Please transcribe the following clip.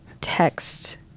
text